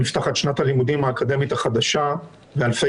נפתחת שנת הלימודים האקדמית החדשה ואלפי